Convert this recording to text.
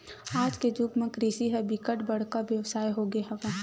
आज के जुग म कृषि ह बिकट बड़का बेवसाय हो गे हवय